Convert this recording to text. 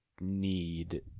need